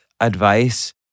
advice